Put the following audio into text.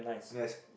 yes